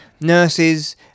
nurses